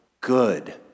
good